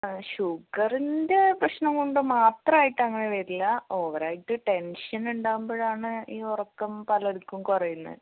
ഷുഗറിൻ്റെ പ്രശ്നം കൊണ്ട് മാത്രമായിട്ട് അങ്ങനെ വരില്ല ഓവർ ആയിട്ട് ടെൻഷൻ ഉണ്ടാവുമ്പോഴാണ് ഈ ഉറക്കം പലർക്കും കുറയുന്നത്